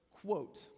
Quote